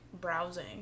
browsing